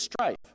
strife